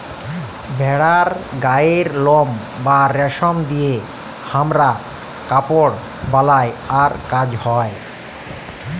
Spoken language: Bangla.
ভেড়ার গায়ের লম বা রেশম দিয়ে হামরা কাপড় বালাই আর কাজ হ্য়